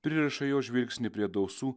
pririša jo žvilgsnį prie dausų